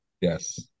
Yes